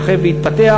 יתרחב ויתפתח,